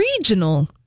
regional